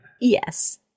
Yes